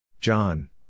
John